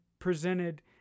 presented